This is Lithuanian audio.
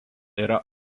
yra